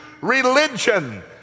religion